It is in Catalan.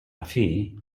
afí